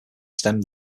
stemmed